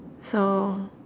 so